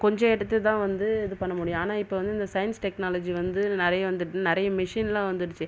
கொஞ்சோம் இடத்த தான் வந்து இது பண்ண முடியும் ஆனால் இப்போ வந்து இந்த சயின்ஸ் டெக்னாலஜி வந்து நிறைய வந்து நிறைய மிஷினில் வந்துச்சு